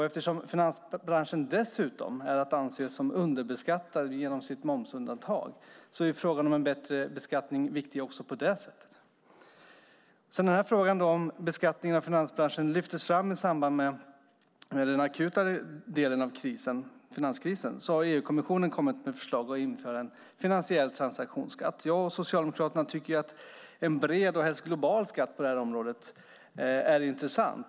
Eftersom finansbranschen dessutom är att anse som underbeskattad genom sitt momsundantag är frågan om en bättre beskattning viktig också på det sättet. Sedan frågan om beskattning av finansbranschen lyftes fram i samband med den akuta delen av finanskrisen har EU-kommissionen kommit med förslag om att införa en finansiell transaktionsskatt. Jag och Socialdemokraterna tycker att en bred och helst global skatt på detta område är intressant.